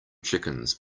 chickens